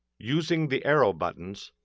using the arrow buttons,